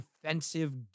defensive